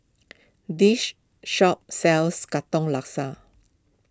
this shop sells Katong Laksa